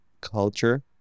culture